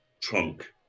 trunk